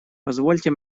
позвольте